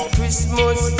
Christmas